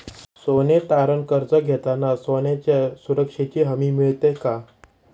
सोने तारण कर्ज घेताना सोन्याच्या सुरक्षेची हमी मिळते का?